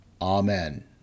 Amen